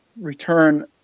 return